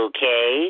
Okay